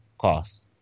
cost